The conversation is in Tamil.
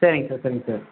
சரிங்க சார் சரிங்க சார்